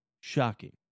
Shocking